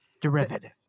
Derivative